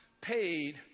paid